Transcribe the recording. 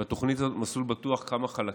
בתוכנית הזאת, מסלול בטוח, כמה חלקים.